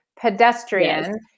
pedestrian